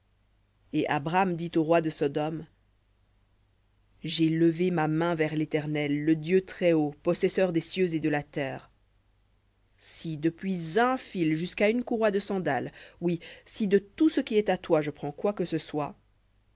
et abram dit au roi de sodome j'ai levé ma main vers l'éternel le dieu très-haut possesseur des cieux et de la terre si depuis un fil jusqu'à une courroie de sandale oui si de tout ce qui est à toi je prends quoi que ce soit